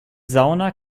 sauna